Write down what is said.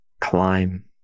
climb